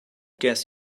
guess